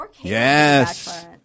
Yes